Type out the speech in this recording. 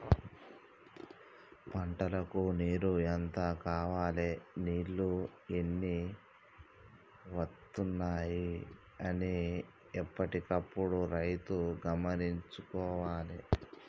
పంటలకు నీరు ఎంత కావాలె నీళ్లు ఎన్ని వత్తనాయి అన్ని ఎప్పటికప్పుడు రైతు గమనించుకోవాలె